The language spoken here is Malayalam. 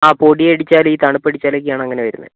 ആ പൊടി അടിച്ചാലും ഈ തണുപ്പടിച്ചാലും ഒക്കെയാണ് അങ്ങനെ വരുന്നത്